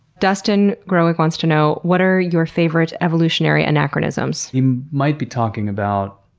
dustin groek wants to know what are your favorite evolutionary anachronisms? he might be talking about,